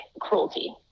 cruelty